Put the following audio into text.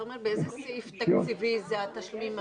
תומר, באיזה סעיף תקציבי זה התשלומים מהרשויות?